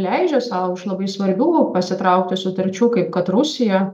leidžia sau iš labai svarbių pasitraukti sutarčių kaip kad rusija